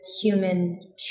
human